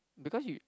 because you